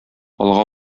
алга